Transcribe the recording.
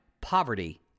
poverty